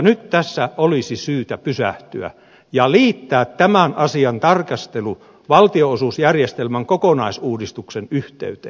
nyt tässä olisi syytä pysähtyä ja liittää tämän asian tarkastelu valtionosuusjärjestelmän kokonaisuudistuksen yhteyteen